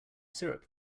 syrup